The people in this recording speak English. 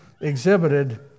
exhibited